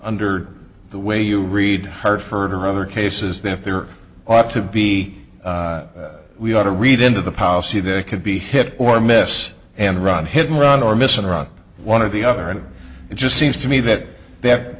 nder the way you read hartford or other cases that if there ought to be we ought to read into the policy that it could be hit or miss and run hidden run or missing or on one of the other and it just seems to me that that